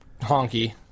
honky